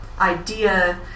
idea